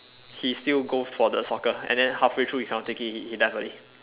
he still go for the soccer and then halfway through he can not take it he he left early